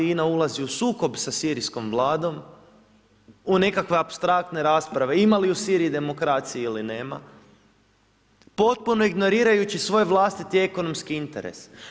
INA ulazi u sukob sa sirijskom vladom u nekakve apstraktne rasprave ima li u Siriji demokracije ili nema, potpuno ignorirajući svoj vlastiti ekonomski interes.